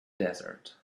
desert